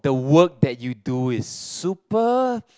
the work that you do is super